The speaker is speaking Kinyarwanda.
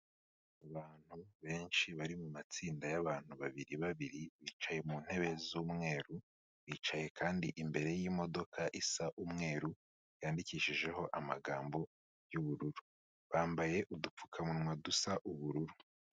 Abantu benshi bari mu matsinda y'abantu babiri babiri bicaye mu ntebe z'umweru, bicaye kandi imbere y'imodoka isa umweru yandikishijeho amagambo y'ubururu, bambaye udupfukamunwa dusa ubururu.